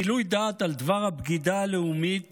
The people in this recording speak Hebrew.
גילוי דעת על דבר הבגידה הלאומית